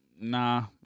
nah